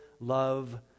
love